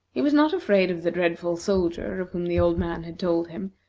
he was not afraid of the dreadful soldier of whom the old man had told him,